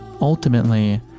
ultimately